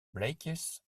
blikjes